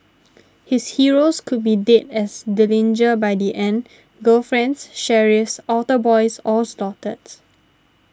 his heroes could be dead as Dillinger by the end girlfriends sheriffs altar boys all slaughtered